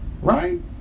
right